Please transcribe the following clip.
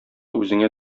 үзеңә